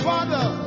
Father